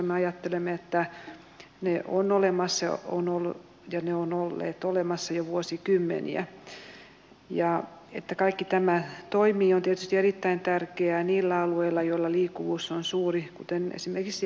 när man tar med sig en flaska eller en burk över gränsen blir enligt det nuvarande systemet panten kvar i inköpslandet och returburken blir avfall i ett annat land